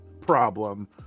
problem